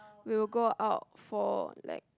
we will go out for like